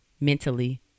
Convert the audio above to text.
mentally